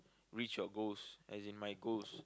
reach your goals as in my goals